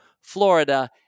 Florida